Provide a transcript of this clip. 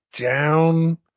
down